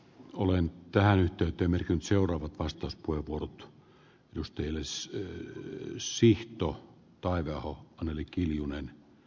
olen tähän yhteyteen myrkyn seuraava vastaus purpurrut edustajille syyn siihen tuo taiveaho anneli kiljunen